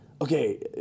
Okay